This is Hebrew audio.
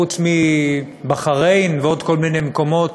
חוץ מבחריין ועוד כל מיני מקומות